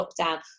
lockdown